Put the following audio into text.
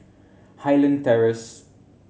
Highland Terrace